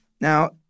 Now